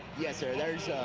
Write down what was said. yes, sir, there's